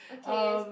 okay is